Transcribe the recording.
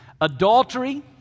Adultery